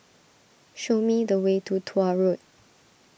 show me the way to Tuah Road